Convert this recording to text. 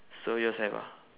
so yours have ah